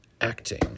acting